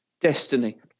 destiny